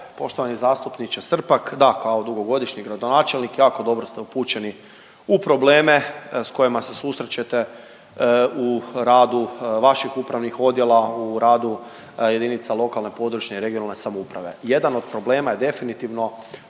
Poštovani zastupniče Srpak da kao dugogodišnji gradonačelnik jako dobro ste upućeni u probleme s kojima se susrećete u radu vaših upravnih odjela, u radu jedinica lokalne, područne i regionalne samouprave. Jedan od problema je definitivno